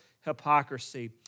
hypocrisy